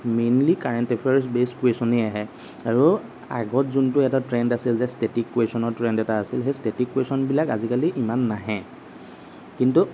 mainly current affairs based কোৱেশ্যনেই আহে আৰু আগত যোনটো এটা ট্ৰেণ্ড আছিল যে ষ্টেটিক কোৱেশ্যনৰ ট্ৰেণ্ড এটা আছিল সেই ষ্টেটিক কোৱেশ্যনবিলাক আজিকালি ইমান নাহে কিন্তু